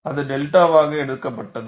அது 𝛅 வாக எடுக்கப்பட்டது